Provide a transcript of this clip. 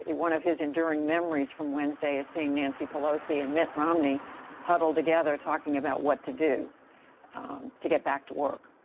one of his enduring memories from wednesday is seeing nancy pelosi and mitt romney huddled together talking about what to do to get back to work.